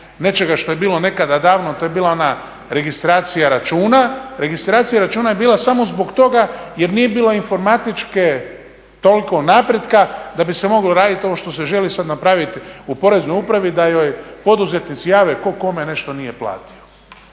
nečega što je bilo nekada davno, to je bila ona registracija računa, registracija računa je bila samo zbog toga jer nije bilo informatičke toliko napretka da bi se moglo raditi ono što se želi sada napraviti u poreznoj upravi da joj poduzetnici jave tko kome nešto nije platio.